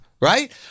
right